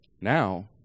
Now